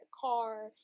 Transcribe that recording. car